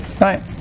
Right